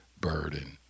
burden